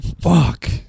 Fuck